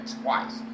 twice